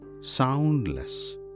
soundless